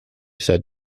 said